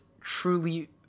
truly